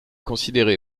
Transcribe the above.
considéré